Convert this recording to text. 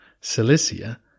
Cilicia